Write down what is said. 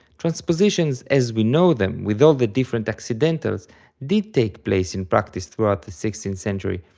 transpositions as we know them with all the different accidentals did take place in practice throughout the sixteenth century,